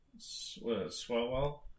Swellwell